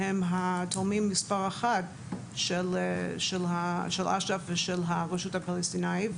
שהם התורמים מספר אחת של אש"ף ושל הרשות הפלסטינית.